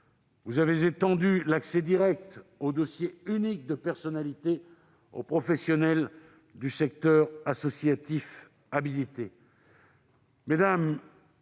Vous avez étendu l'accès direct au dossier unique de personnalité aux professionnels du secteur associatif habilité.